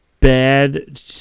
Bad